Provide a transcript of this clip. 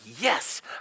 yes